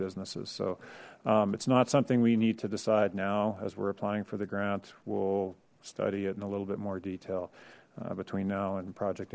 businesses so it's not something we need to decide now as we're applying for the grant will study it in a little bit more detail between now and project